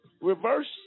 reverse